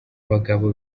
bagabo